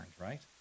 right